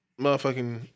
motherfucking